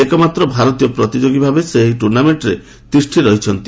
ଏକମାତ୍ର ଭାରତୀୟ ପ୍ରତିଯୋଗୀଭାବେ ସେ ଏହି ଟୁର୍ଣ୍ଣାମେଣ୍ଟରେ ତିଷ୍ଠି ରହିଛନ୍ତି